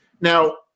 Now